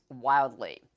wildly